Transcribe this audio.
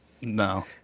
No